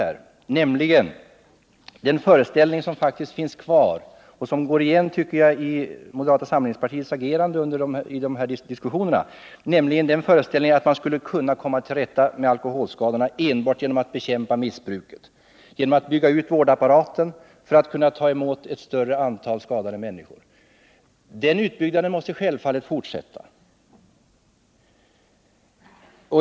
Det gäller det som jag tycker går igen i moderata samlingspartiets agerande i de här diskussionerna, nämligen den föreställningen att man skulle kunna komma till rätta med alkoholskadorna enbart genom att bekämpa missbruket genom att bygga ut vårdapparaten för att ta emot ett större antal skadade människor — låt vara att den utbyggnaden självfallet måste fortsätta.